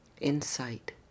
insight